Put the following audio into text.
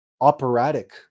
operatic